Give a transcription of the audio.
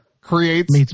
creates